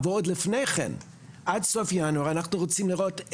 אבל אני חושבת שצריך להסתכל על זה עוד לפני זה ולהכניס את התוכנית